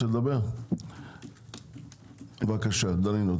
בבקשה, דנינו.